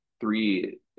three